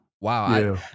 Wow